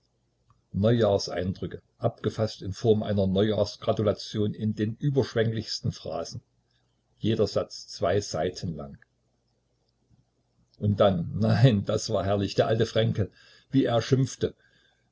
neujahrseindrücke abgefaßt in form einer neujahrsgratulation in den überschwenglichsten phrasen jeder satz zwei seiten lang und dann nein war das herrlich der alte fränkel wie er schimpfte